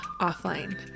Offline